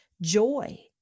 joy